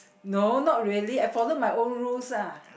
no not really I followed my own rules ah